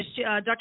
Dr